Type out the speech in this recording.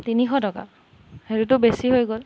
তিনিশ টকা হেৰিটো বেছি হৈ গ'ল